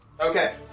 Okay